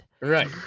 right